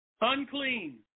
unclean